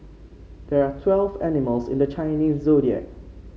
there are twelve animals in the Chinese Zodiac